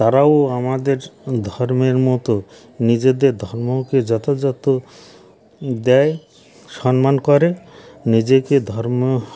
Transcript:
তারাও আমাদের ধর্মের মতো নিজেদের ধর্মকে যথাযথ দেয় সন্মান করে নিজেকে ধর্ম